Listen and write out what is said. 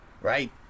right